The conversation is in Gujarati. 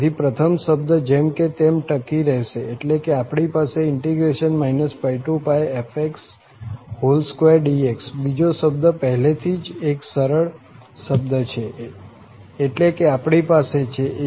તેથી પ્રથમ શબ્દ જેમ છે તેમ ટકી રહેશે એટલે કે આપણી પાસે πf2dx બીજો શબ્દ પહેલેથી જ એક સરળ શબ્દ છે એટલે કે આપણી પાસે છે a022